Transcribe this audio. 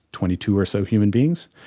twenty two or so human beings.